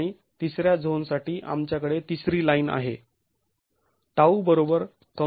आणि तिसऱ्या झोनसाठी आमच्याकडे तिसरी लाईन आहे